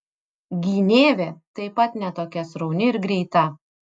gynėvė taip pat ne tokia srauni ir greita